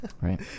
Right